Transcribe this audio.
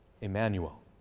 Emmanuel